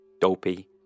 Dopey